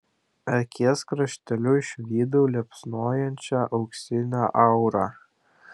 akies krašteliu išvydau liepsnojančią auksinę aurą